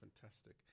fantastic